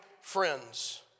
friends